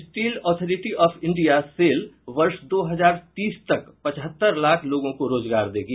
steel authority of India SAIL वर्ष दो हजार तीस तक पचहत्तर लाख लोगों को रोजगार देगी